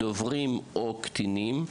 של דוברים או של קטינים.